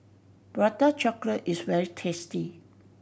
Prata Chocolate is very tasty